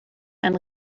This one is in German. ein